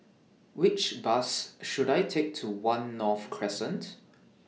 Which Bus should I Take to one North Crescent